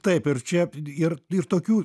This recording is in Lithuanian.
taip ir čia ir tokių